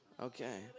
Okay